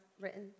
written